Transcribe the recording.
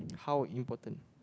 how important